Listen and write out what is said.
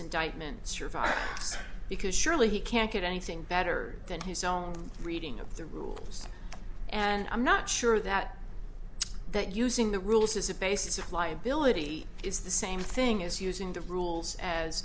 indictment survive because surely he can't get anything better than his own reading of the rules and i'm not sure that that using the rules as a basis of liability is the same thing is using the rules as